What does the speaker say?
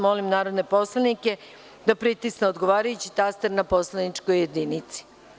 Molim narodne poslanike da pritisnu odgovarajući taster na poslaničkoj jedinici.